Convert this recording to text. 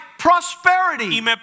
prosperity